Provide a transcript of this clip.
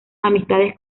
amistades